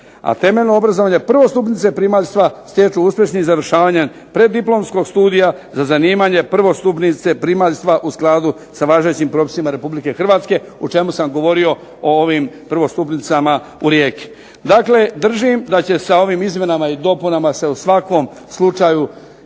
A temeljno obrazovanje prvostupnice primaljstva stječu uspješnim završavanjem preddiplomskog studija za zanimanje prvostupnice primaljstva u skladu sa važećim propisima Republike Hrvatske o čemu sam govorio o ovim prvostupnicama u Rijeki. Dakle, držim da će sa ovim izmjenama i dopunama se u svakom slučaju